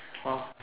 orh